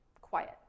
quiet